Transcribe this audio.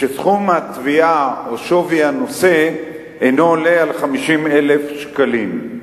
כשסכום התביעה או שווי הנושא אינו עולה על 50,000 שקלים.